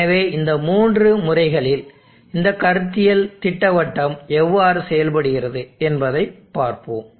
எனவே இந்த மூன்று முறைகளில் இந்த கருத்தியல் திட்டவட்டம் எவ்வாறு செயல்படுகிறது என்பதைப் பார்ப்போம்